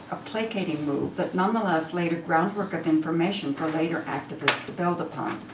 a placating move that nonetheless laid a groundwork of information for later activists to build upon.